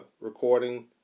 recording